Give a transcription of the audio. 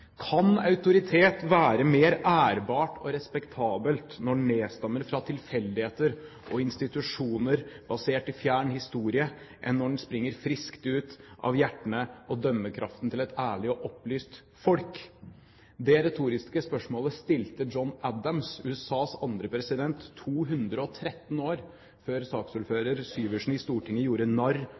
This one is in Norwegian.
Kan autoritet være mer ærbart og respektabelt når den nedstammer fra tilfeldigheter og institusjoner basert i fjern historie enn når den springer friskt ut av hjertene og dømmekraften til et ærlig og opplyst folk? Det retoriske spørsmålet stilte John Adams, USAs andre president, 213 år før saksordfører Syversen i Stortinget gjorde